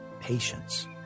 patience